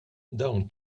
dawn